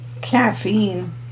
Caffeine